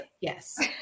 Yes